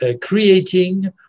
creating